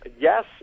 Yes